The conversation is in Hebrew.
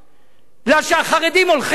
כי החרדים הולכים אתי,